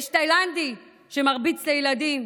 יש תאילנדי שמרביץ לילדים,